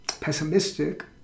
pessimistic